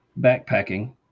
backpacking